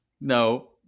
No